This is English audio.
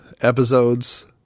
episodes